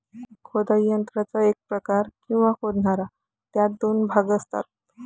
खोदाई यंत्राचा एक प्रकार, किंवा खोदणारा, ज्यात दोन भाग असतात